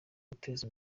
guteza